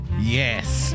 Yes